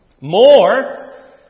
more